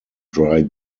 dry